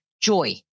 joy